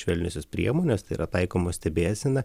švelniosios priemonės tai yra taikoma stebėsena